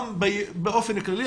גם באופן כללי,